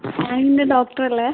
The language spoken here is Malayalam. ആ ഇത് ഡോക്ടർ അല്ലെ